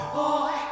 boy